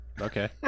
Okay